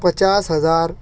پچاس ہزار